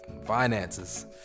finances